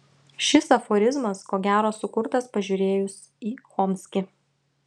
šis aforizmas ko gero sukurtas pažiūrėjus į chomskį